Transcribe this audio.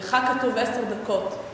לך כתוב עשר דקות.